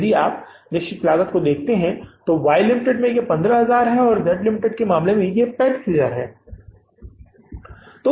यदि आप निश्चित लागत को देखते हैं तो Y Ltd में केवल 15000 और Z Ltd में निश्चित लागत 35000 रुपये है